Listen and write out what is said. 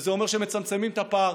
וזה אומר שמצמצמים את הפער.